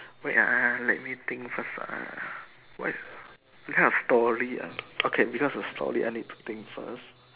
wait ah let me think first ah what is what kind of story uh okay because is story I need to think first